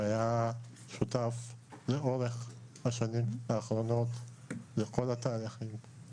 הוא היה שותף לאורך השנים האחרונות בכל התהליכים,